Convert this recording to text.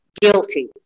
guilty